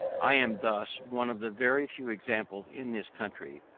i am thus one of the very few examples, in this country,